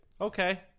Okay